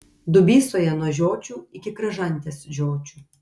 dubysoje nuo žiočių iki kražantės žiočių